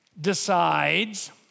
decides